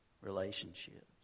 relationships